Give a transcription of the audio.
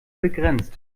begrenzt